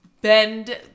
bend